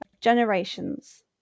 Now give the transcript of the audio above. generations